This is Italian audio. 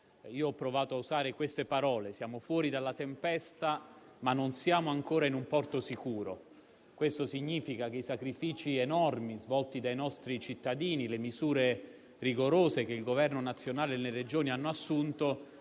Io ho provato a usare queste parole: siamo fuori dalla tempesta, ma non siamo ancora in un porto sicuro. Questo significa che i sacrifici enormi svolti dai nostri cittadini, le misure rigorose che il Governo nazionale e le Regioni hanno assunto